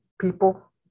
people